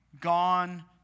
gone